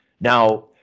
Now